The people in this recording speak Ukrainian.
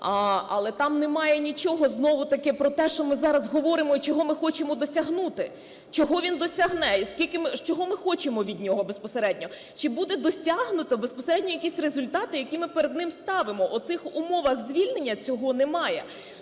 Але там немає нічого знову-таки про те, що ми зараз говоримо і чого ми хочемо досягнути, чого він досягне і скільки… чого ми хочемо від нього безпосередньо, чи будуть досягнуті безпосередньо якісь результати, які ми перед ним ставимо? В оцих умовах звільнення цього немає.